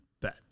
Bet